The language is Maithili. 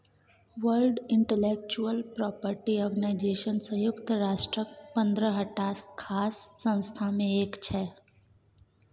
वर्ल्ड इंटलेक्चुअल प्रापर्टी आर्गेनाइजेशन संयुक्त राष्ट्रक पंद्रहटा खास संस्था मे एक छै